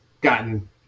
gotten